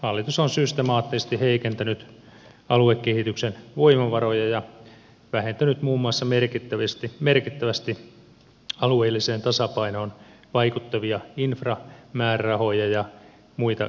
hallitus on systemaattisesti heikentänyt aluekehityksen voimavaroja ja vähentänyt muun muassa merkittävästi alueelliseen tasapainoon vaikuttavia inframäärärahoja ja muita kehittämismäärärahoja